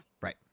Right